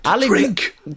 Drink